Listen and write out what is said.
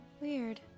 weird